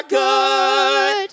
good